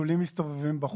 חתולים מסתובבים בחוץ.